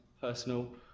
personal